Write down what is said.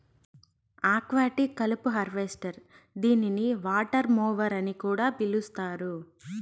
aquatic కలుపు harvester దీనిని water mower అని కూడా పిలుస్తారు